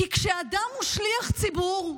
כי כשאדם הוא שליח ציבור,